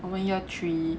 我们 year three